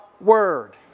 Word